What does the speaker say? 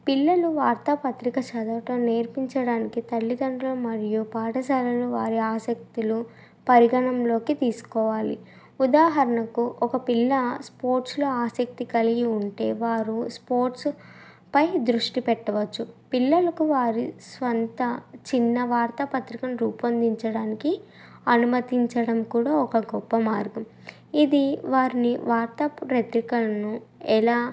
పిల్లలు వార్తాపత్రిక చదవటం నేర్పించడానికి తల్లిదండ్రులు మరియు పాఠశాలలు వారి ఆసక్తులు పరిగణంలోకి తీసుకోవాలి ఉదాహరణకు ఒక పిల్ల స్పోర్ట్స్లో ఆసక్తి కలిగి ఉంటే వారు స్పోర్ట్స్ పై దృష్టి పెట్టవచ్చు పిల్లలకు వారి స్వంత చిన్న వార్త పత్రిక రూపొందించడానికి అనుమతించడం కూడా ఒక గొప్ప మార్గం ఇది వారిని వార్తాపత్రికలను ఎలా